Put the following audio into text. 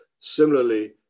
Similarly